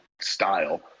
style